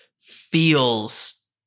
feels